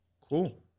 Cool